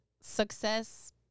success